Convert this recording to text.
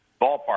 ballpark